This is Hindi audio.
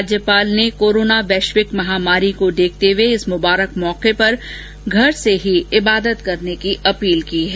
राज्यपाल ने कोरोना वैश्विक महामारी को देखते हुए इस मुबारक मौके पर घर से ही इबादत करने की अपील की है